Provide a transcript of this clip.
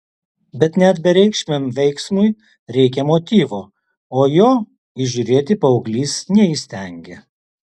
bet net bereikšmiam veiksmui reikia motyvo o jo įžiūrėti paauglys neįstengė